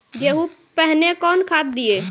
गेहूँ पहने कौन खाद दिए?